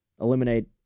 eliminate